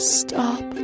stop